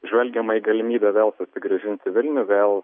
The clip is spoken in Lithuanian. žvelgiama į galimybę vėl susigrąžinti vilnių vėl